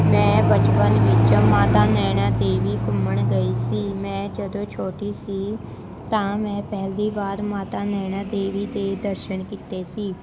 ਮੈਂ ਬਚਪਨ ਵਿੱਚ ਮਾਤਾ ਨੈਣਾ ਦੇਵੀ ਘੁੰਮਣ ਗਈ ਸੀ ਮੈਂ ਜਦੋਂ ਛੋਟੀ ਸੀ ਤਾਂ ਮੈਂ ਪਹਿਲੀ ਵਾਰ ਮਾਤਾ ਨੈਣਾ ਦੇਵੀ ਦੇ ਦਰਸ਼ਨ ਕੀਤੇ ਸੀ